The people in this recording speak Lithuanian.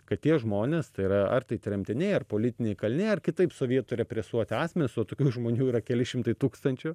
kad tie žmonės tai yra ar tai tremtiniai ar politiniai kaliniai ar kitaip sovietų represuoti asmenys o tokių žmonių yra keli šimtai tūkstančių